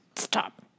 stop